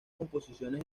composiciones